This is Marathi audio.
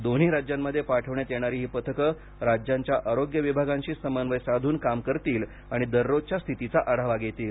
दोन्ही राज्यांमध्ये पाठविण्यात येणारी ही पथकं राज्यांच्या आरोग्य विभागांशी समन्वय साधून काम करतील आणि दररोजच्या स्थितीचा आढावा घेतील